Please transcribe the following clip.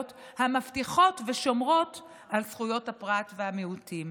המבטיחות ושומרות על זכויות הפרט והמיעוטים.